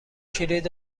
کلید